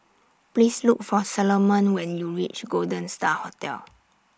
Please Look For Salomon when YOU REACH Golden STAR Hotel